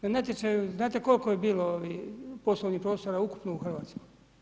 Na natječaju, znate koliko je bilo ovih poslovnih prostora ukupno u Hrvatskoj?